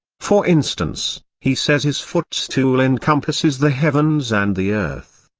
for instance, he says his footstool encompasses the heavens and the earth.